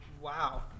Wow